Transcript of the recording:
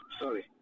Sorry